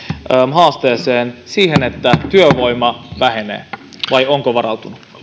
haasteeseen siihen että työvoima vähenee vai onko varautunut